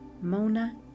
Mona